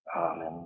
Amen